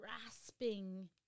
grasping